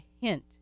hint